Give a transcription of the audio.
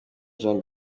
jean